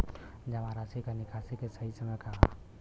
जमा राशि क निकासी के सही समय का ह?